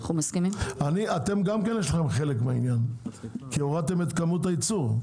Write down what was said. יש לכם גם חלק בעניין כי הורדתם את כמות הייצור.